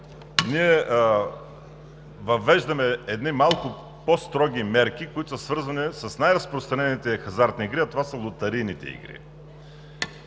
ние въвеждаме едни малко по-строги мерки, които са свързани с най-разпространените хазартни игри, а това са лотарийните игри.